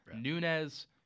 Nunez